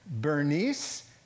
Bernice